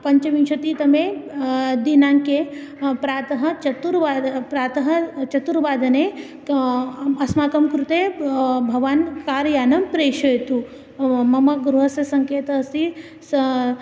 पञ्चविंशतितमे दिनाङ्के प्रातः चतुर्वादने प्रातः चतुर्वादने अस्माकं कृते ब भवान् कार्यानं प्रेषयतु मम गृहस्य सङ्केतः अस्ति स